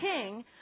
king